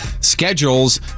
schedules